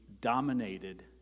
dominated